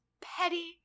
petty